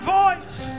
voice